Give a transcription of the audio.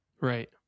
right